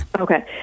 Okay